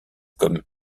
comme